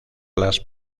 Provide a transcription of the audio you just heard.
las